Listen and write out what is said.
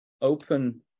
open